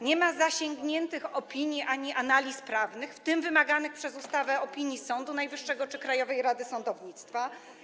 Nie ma zasięgniętych opinii ani analiz prawnych, w tym wymaganych przez ustawę opinii Sądu Najwyższego czy Krajowej Rady Sądownictwa.